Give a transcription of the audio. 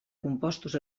compostos